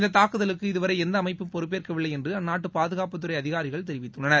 இந்தத் தாக்குதலுக்கு இதுவரை எந்த அமைப்பும் பொறுப்பேற்கவில்லை என்று அஅ்நாட்டு பாதுகாப்புத்துறை அதிகாரிகள் தெரிவித்துள்ளனர்